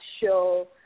show